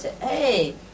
Hey